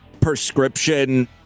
prescription